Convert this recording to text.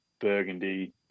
Burgundy